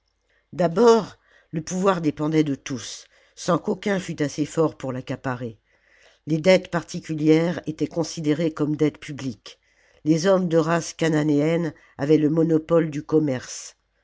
abord le pouvoir dépendait de tous sans qu'aucun fût assez fort pour l'accaparer les dettes particulières étaient considérées comme dettes publiques les hommes de race chananéenne avaient ie monopole du commerce